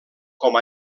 com